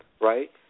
right